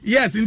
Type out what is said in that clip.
Yes